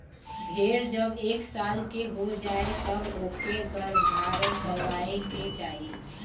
भेड़ जब एक साल के हो जाए तब ओके गर्भधारण करवाए के चाही